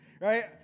right